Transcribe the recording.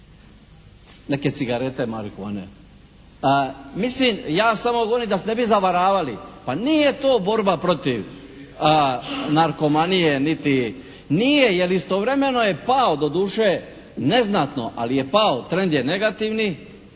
neke cigarete marihuane. Mislim, ja samo govorim da se ne bi zavaravali. Pa nije to borba protiv narkomanije. Nije, jer istovremeno je pao doduše neznatno ali je pao, trend je negativni.